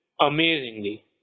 amazingly